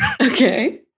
Okay